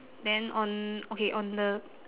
then on okay on the